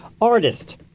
artist